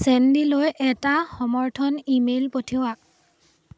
চেণ্ডিলৈ এটা সমৰ্থন email পঠিওৱা